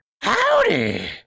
Howdy